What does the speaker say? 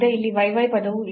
ಇಲ್ಲಿ yy ಪದವೂ ಆಗಿದೆ